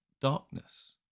darkness